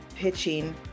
pitching